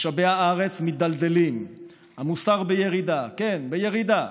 משאבי הארץ מידלדלים, המוסר בירידה, כן, בירידה.